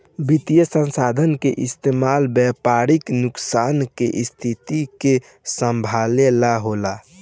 वित्तीय संसाधन के इस्तेमाल व्यापारिक नुकसान के स्थिति के संभाले ला होला